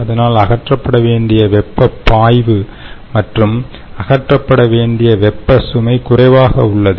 அதனால் அகற்றப்பட வேண்டிய வெப்பப் பாய்வு மற்றும் அகற்றப்பட வேண்டிய வெப்ப சுமை குறைவாக உள்ளது